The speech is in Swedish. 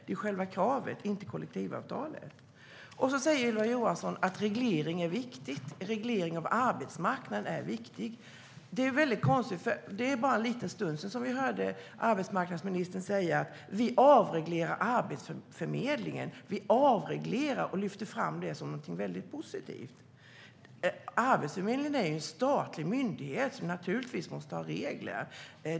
Det är själva kravet det handlar om - inte kollektivavtalet. Ylva Johansson säger att reglering av arbetsmarknaden är viktig. Det är konstigt, för det är bara för en liten stund sedan som vi hörde arbetsmarknadsministern säga: Vi avreglerar Arbetsförmedlingen. Vi avreglerar, säger hon, och lyfter fram det som något positivt. Arbetsförmedlingen är en statlig myndighet, som naturligtvis måste ha regler.